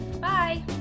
Bye